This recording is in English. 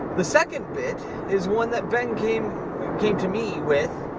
the second bit is one that ben came came to me with